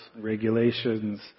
regulations